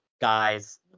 guys